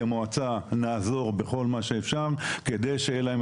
אנחנו כמועצה נעזור בכל האפשר כדי שתהיה להם